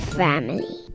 family